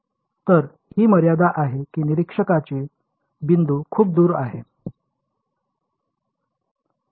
तर ही मर्यादा आहे की निरीक्षणाची बिंदू खूप दूर आहे